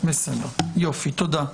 תודה.